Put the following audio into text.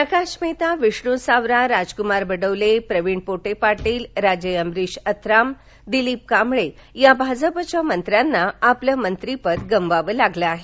प्रकाश मेहता विष्णू सावरा राजक्मार बडोले प्रवीण पोटे पाटील राजे अंबरिश अत्राम दिलीप कांबळे या भाजपाच्या मंत्र्यांना आपलं मंत्रिपद गमवावं लागलं आहे